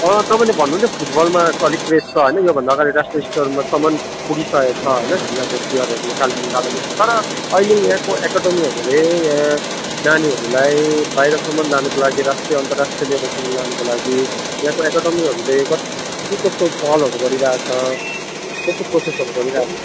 अँ तपाईँले भन्नुहुन्थ्यो फुटबलमा अलिक क्रेज छ होइन योभन्दा अगाडि राष्ट्रिय स्तरमासम्म पुगिसकेको छ होइन यहाँको प्लेयरहरू कालेबुङ दार्जिलिङ तर अहिले यहाँको एकाडमीहरूले यहाँ नानीहरूलाई बाहिरसम्म जानुको लागि राष्ट्रिय अन्तरराष्ट्रिय लेवलसम्म लानुको लागि यहाँको एकाडमीहरू कसो के कस्तो पहलहरू गरिरहेको छ कस्तो प्रोसेसहरू गरिरहेको छ